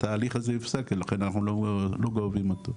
התהליך הזה הופסק ולכן אנחנו לא גובים אותו.